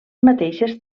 mateixes